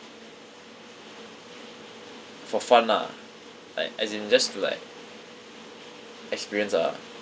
for fun ah like as in just to like experience ah